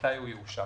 ומתי הוא יאושר.